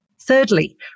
Thirdly